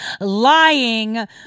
lying